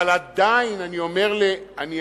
אבל עדיין אני אומר לנשיאות